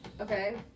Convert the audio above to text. Okay